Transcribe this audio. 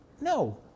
No